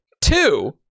Two